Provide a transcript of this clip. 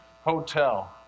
hotel